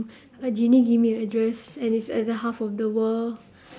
a genie give me a address and it's other half of the world